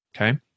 okay